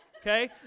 okay